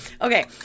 Okay